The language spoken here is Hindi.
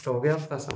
आपका हो गया आपका सब